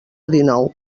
dinou